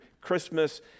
Christmas